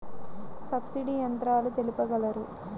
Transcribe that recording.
Subsidy యంత్రాలు తెలుపగలరు?